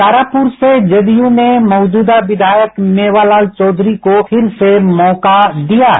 तारापुर से जदयू ने मौजूदा विधायक मेवालाल चौधरी को फिर से मौका दिया है